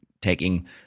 taking